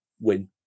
win